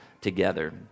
together